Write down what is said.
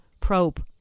Probe